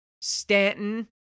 Stanton